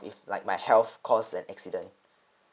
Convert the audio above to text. if like my health because an accident